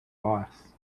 boss